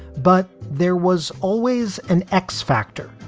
but there was always an x factor,